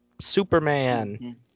Superman